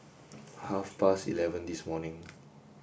half past eleven this morning